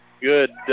Good